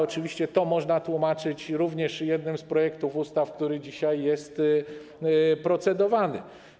Oczywiście to można tłumaczyć również jednym z projektów ustaw, który dzisiaj jest procedowany.